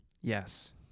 Yes